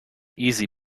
easy